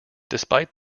despite